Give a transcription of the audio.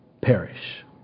perish